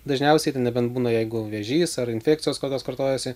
dažniausiai nebent būna jeigu vėžys ar infekcijos kokios kartojasi